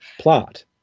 plot